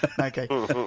okay